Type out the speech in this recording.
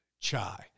chai